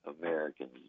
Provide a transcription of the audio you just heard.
Americans